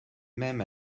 même